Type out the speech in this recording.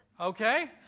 Okay